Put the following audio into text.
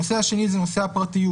הנושא השני זה נושא הפרטיות,